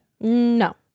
No